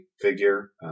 figure